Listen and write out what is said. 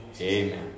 Amen